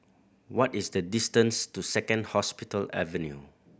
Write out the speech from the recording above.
what is the distance to Second Hospital Avenue